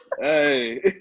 Hey